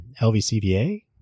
LVCVA